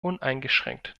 uneingeschränkt